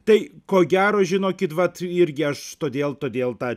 tai ko gero žinokit vat irgi aš todėl todėl tą